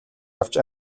авч